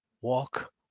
walk